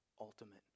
ultimate